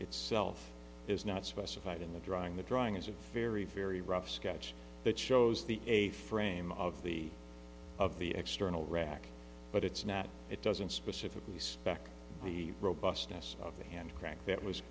itself is not specified in the drawing the drawing is a very very rough sketch that shows the a frame of the of the external rack but it's not it doesn't specifically spec the robustness of the hand crank that was